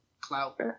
Clout